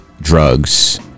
drugs